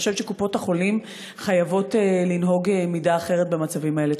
אני חושבת שקופות-החולים חייבות לנהוג מידה אחרת במצבים האלה.